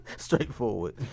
straightforward